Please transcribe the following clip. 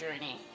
journey